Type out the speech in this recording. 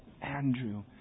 Andrew